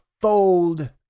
Fold